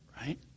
right